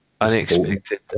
Unexpected